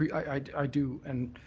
i do. and